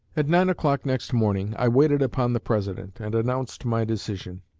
at nine o'clock next morning, i waited upon the president, and announced my decision.